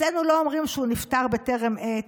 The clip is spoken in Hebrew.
אצלנו לא אומרים שהוא נפטר בטרם עת,